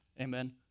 amen